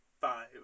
Five